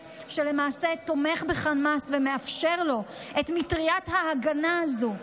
שלמעשה תומך בחמאס ומאפשר לו את מטריית ההגנה הזאת.